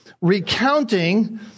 recounting